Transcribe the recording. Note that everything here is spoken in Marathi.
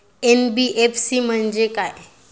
एन.बी.एफ.सी म्हणजे काय?